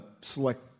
select